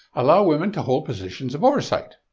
allow women to hold positions of oversight?